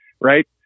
right